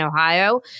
Ohio